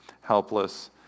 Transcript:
helpless